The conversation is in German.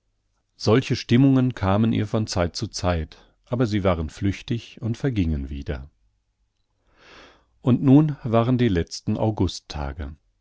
solche stimmungen kamen ihr von zeit zu zeit aber sie waren flüchtig und vergingen wieder und nun waren die letzten